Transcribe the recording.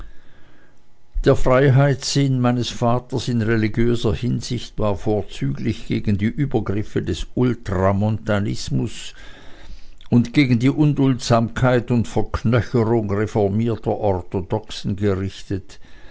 der freiheitssinn meines vaters in religiöser hinsicht war vorzüglich gegen die übergriffe des ultramontanismus und gegen die unduldsamkeit und verknöcherung reformierter orthodoxen gerichtet